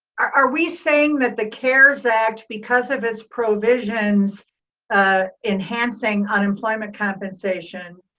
are we saying that the cares act, because of his provisions ah enhancing unemployment compensation,